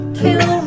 kill